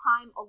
time